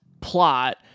plot